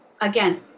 again